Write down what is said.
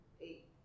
eight